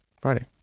Friday